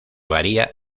varía